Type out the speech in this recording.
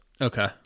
Okay